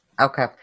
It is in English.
Okay